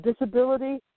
disability